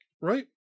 Right